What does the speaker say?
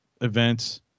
events